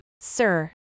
Sir